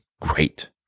great